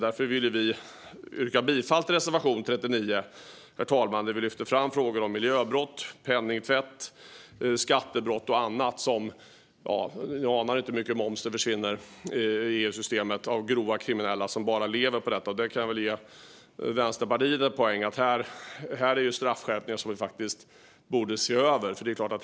Därför vill vi yrka bifall till reservation 39 där vi lyfter fram miljöbrott, penningtvätt, skattebrott och annat. Ni anar inte hur mycket moms som försvinner i EU-systemet på grund av grovt kriminella som lever bara på detta. Där kan jag medge att Vänsterpartiet har en poäng i att det är straffskärpningar som vi borde se över.